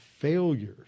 failures